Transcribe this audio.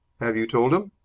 have you told him?